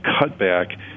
cutback